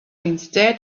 instead